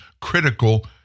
critical